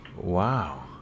Wow